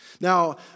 Now